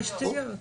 תשתיות.